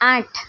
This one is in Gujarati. આઠ